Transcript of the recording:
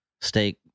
Steak